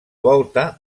volta